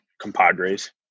compadres